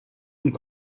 und